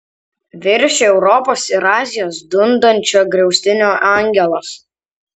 virš europos ir azijos dundančio griaustinio angelas